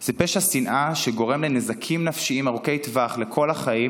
זה פשע שנאה שגורם לנזקים נפשיים ארוכי טווח לכל החיים,